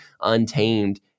untamed